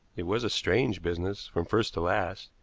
it was a strange business from first to last,